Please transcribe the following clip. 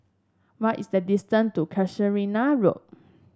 what is the distance to Casuarina Road